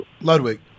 Ludwig